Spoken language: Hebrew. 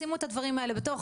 שימי את הדברים האלו בתוך